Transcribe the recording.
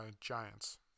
Giants